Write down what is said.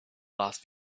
last